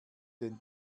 den